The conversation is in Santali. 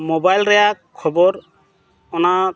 ᱢᱳᱵᱟᱭᱤᱞ ᱨᱮᱱᱟᱜ ᱠᱷᱚᱵᱚᱨ ᱚᱱᱟ